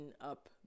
up